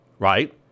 Right